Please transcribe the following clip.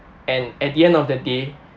and at the end of the day